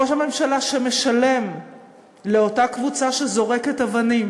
ראש הממשלה שמשלם לאותה קבוצה שזורקת אבנים